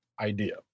idea